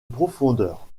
profondeur